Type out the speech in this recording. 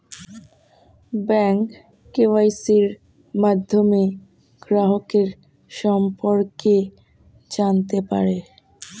bank কেওয়াইসির মাধ্যমে গ্রাহকের সম্পর্কে জানতে পারে